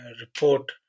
report